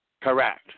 Correct